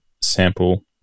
sample